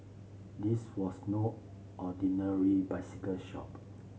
this was no ordinary bicycle shop